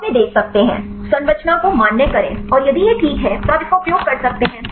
तब वे देख सकते हैं संरचना को मान्य करें और यदि यह ठीक है तो आप इसका उपयोग कर सकते हैं